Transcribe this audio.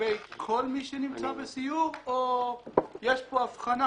לגבי כל מי שנמצא בסיור או שיש פה הבחנה?